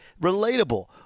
relatable